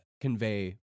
convey